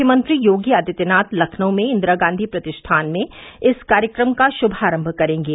मुख्यमंत्री योगी आदित्यनाथ लखनऊ में इंदिरा गांधी प्रतिष्ठान में इस कार्यक्रम का शुभारंभ करेंगे